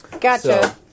Gotcha